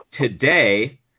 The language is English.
today